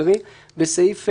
זה סגור בסעיף